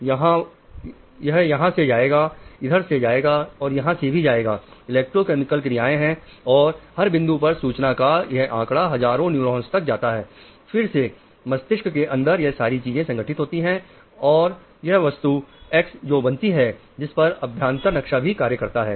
यह यहां से जाएगा इधर से जाएगा और यहां से भी जाएगा इलेक्ट्रोकेमिकल क्रियाएं हैं और हर बिंदु पर सूचना का यह आंकड़ा हजारों न्यूरॉन्स तक जाता है फिर से मस्तिष्क के अंदर यह सारी चीजें संगठित होती हैं और वह वस्तु एक्स को बनाती है जिस पर अभ्यांतर नक्शा भी कार्य करता है